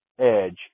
edge